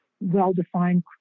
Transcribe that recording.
well-defined